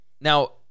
Now